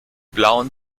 blauen